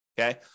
Okay